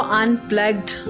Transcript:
unplugged